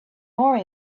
more